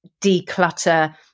declutter